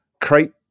create